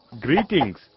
Greetings